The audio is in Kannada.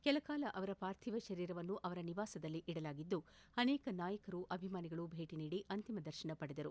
ಕೆಲಕಾಲ ಅವರ ಪಾರ್ಥೀವ ಶರೀರವನ್ನು ಅವರ ನಿವಾಸದಲ್ಲಿ ಇಡಲಾಗಿದ್ದು ಅನೇಕ ನಾಯಕರು ಅಭಿಮಾನಿಗಳು ಭೇಟ ನೀಡಿ ಅಂತಿಮ ದರ್ಶನ ಪಡೆದರು